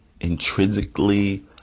intrinsically